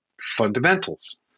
fundamentals